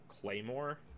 claymore